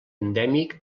endèmic